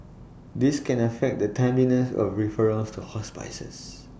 this can affect the timeliness of referrals to hospices